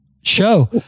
show